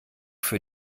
für